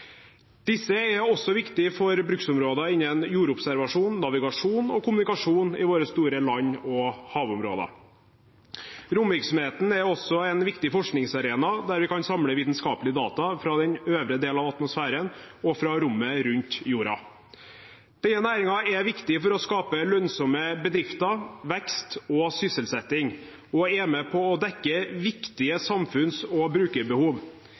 Disse er også viktige for bruksområder innen jordobservasjon, navigasjon og kommunikasjon i våre store land- og havområder. Romvirksomheten er også en viktig forskningsarena der vi kan samle vitenskapelige data fra den øvre del av atmosfæren og fra rommet rundt jorden. Denne næringen er viktig for å skape lønnsomme bedrifter, vekst og sysselsetting og er med på å dekke viktige samfunns- og brukerbehov.